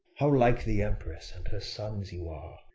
how like the empress and her sons you are!